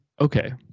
Okay